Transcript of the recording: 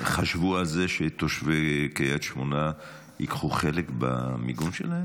חשבו על זה שתושבי קריית שמונה ייקחו חלק במיגון שלהם?